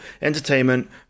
entertainment